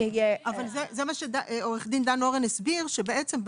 אבל זה מה שעו"ד דן אורן הסביר: בעצם,